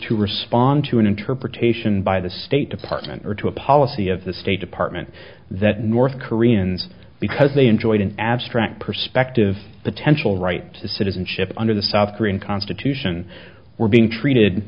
to respond to an interpretation by the state department or to a policy of the state department that north koreans because they enjoyed an abstract perspective potential right to citizenship under the south korean constitution were being treated